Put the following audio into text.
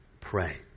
pray